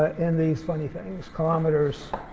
and these funny things kilometers